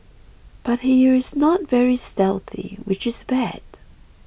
but he is not very stealthy which is bad